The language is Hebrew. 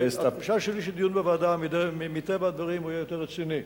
התחושה שלי שדיון בוועדה מטבע הדברים יהיה יותר רציני.